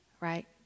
right